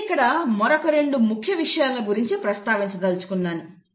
నేను ఇక్కడ మరొక రెండు ముఖ్య విషయాలను గురించి ప్రస్తావించదలచుకున్నాను